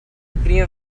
prima